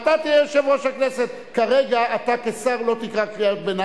כי יודעים שזה בניגוד לאידיאולוגיה שלו,